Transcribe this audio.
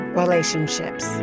relationships